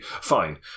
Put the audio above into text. fine